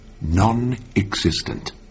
Non-existent